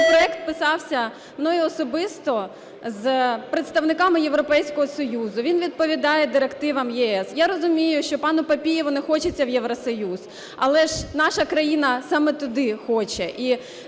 Цей законопроект писався мною особисто з представниками Європейського Союзу, він відповідає директивам ЄС. Я розумію, що пану Папієву не хочеться в Євросоюз, але ж наша країна саме туди хоче.